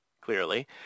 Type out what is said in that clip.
clearly